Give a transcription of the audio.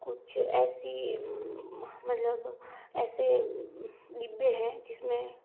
कुछ ऐसी मतलब ऐसे डिब्बे हैं जिस में